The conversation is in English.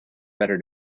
better